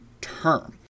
term